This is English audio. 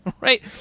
right